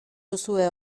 duzue